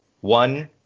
one